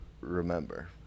remember